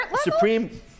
Supreme